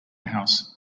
house